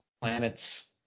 planets